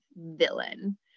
villain